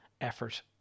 effort